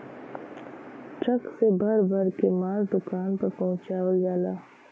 truck से भर भर के मांस दुकान पर पहुंचवाल जाला